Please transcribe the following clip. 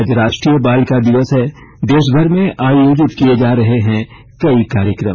आज राष्ट्रीय बालिका दिवस है देशभर में आयोजित किये जा रहे कई कार्यक्रम